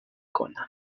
کنم